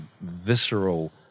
visceral